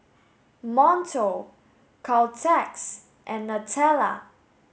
Monto Caltex and Nutella